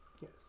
Yes